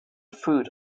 food